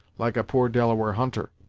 like a poor delaware hunter.